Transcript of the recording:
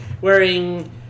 wearing